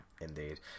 indeed